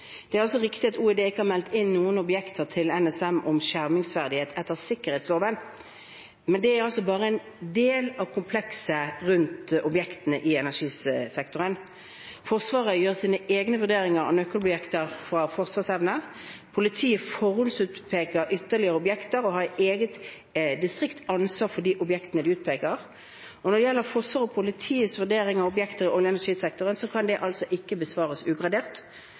Det er riktig at Olje- og energidepartementet ikke har meldt inn noen objekter til NSM om skjermingsverdighet etter sikkerhetsloven, men det er bare en del av komplekset rundt objektene i energisektoren. Forsvaret gjør sine egne vurderinger av nøkkelobjekter ut fra forsvarsevne. Politiet forhåndsutpeker ytterligere objekter og har i eget distrikt ansvar for de objektene de utpeker. Når det gjelder Forsvarets og politiets vurdering av objekter i olje- og energisektoren, kan det altså ikke besvares ugradert,